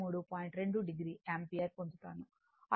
2 o ampere పొందుతాను